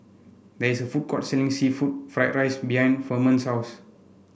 there is a food court selling seafood Fried Rice behind Firman's house